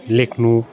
लेख्नु